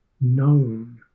known